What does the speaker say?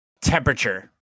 temperature